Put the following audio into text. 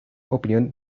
opinión